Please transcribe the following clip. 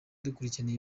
dukurikirana